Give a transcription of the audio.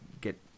get